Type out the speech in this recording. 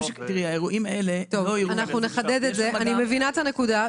מבינה את הנקודה.